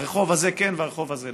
הרחוב הזה כן והרחוב הזה לא.